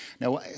now